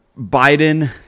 Biden